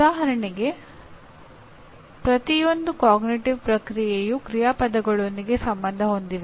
ಉದಾಹರಣೆಗೆ ಪ್ರತಿಯೊಂದು ಅರಿವಿನ ಪ್ರಕ್ರಿಯೆಯು ಕ್ರಿಯಾಪದಗಳೊಂದಿಗೆ ಸಂಬಂಧ ಹೊಂದಿದೆ